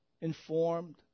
informed